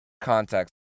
context